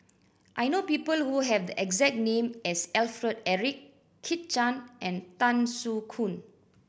I know people who have the exact name as Alfred Eric Kit Chan and Tan Soo Khoon